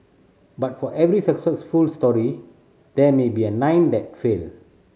but for every successful story there may be a nine that failed